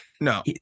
No